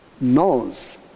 knows